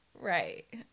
Right